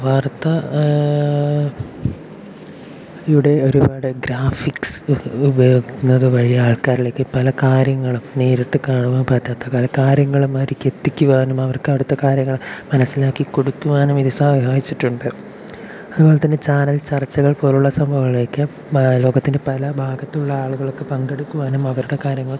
വാർത്താ യുടെ ഒരുപാട് ഗ്രാഫിക്സ് ഉപയോഗിക്കുന്നത് വഴി ആൾക്കാരിലേക്ക് പല കാര്യങ്ങളും നേരിട്ട് കാണാൻ പറ്റാത്ത പല കാര്യങ്ങളും അവർക്ക് എത്തിക്കുവാനും അവർക്ക് അടുത്ത കാര്യങ്ങൾ മനസ്സിലാക്കി കൊടുക്കുവാനും ഇത് സഹായിച്ചിട്ടുണ്ട് അതുപോലെ തന്നെ ചാനൽ ചർച്ചകൾ പോലുള്ള സംഭവങ്ങളിലേക്ക് ലോകത്തിൻ്റെ പല ഭാഗത്തുള്ള ആളുകൾക്ക് പങ്കെടുക്കുവാനും അവരുടെ കാര്യങ്ങൾ